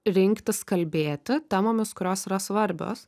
rinktis kalbėti temomis kurios yra svarbios